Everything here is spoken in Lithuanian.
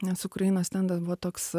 nes ukrainos stendas buvo toks